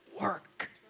work